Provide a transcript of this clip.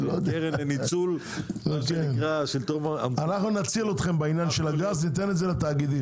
קרן לניצול- -- נציל אתכם בעניין הגז ניתן את זה לתאגידים.